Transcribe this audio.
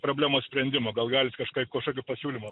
problemos sprendimo gal galit kažkaip kažkokį pasiūlymą